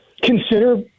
consider